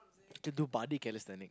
to do body calisthenic